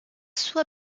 sua